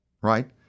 right